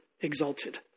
exalted